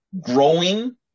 growing